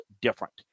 different